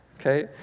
okay